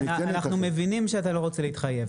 אנחנו מבינים את זה שאתה לא רוצה להתחייב,